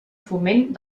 foment